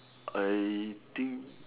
I think